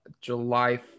july